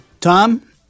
Tom